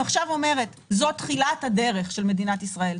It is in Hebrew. זו תחילת הדרך של מדינת ישראל.